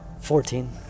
Fourteen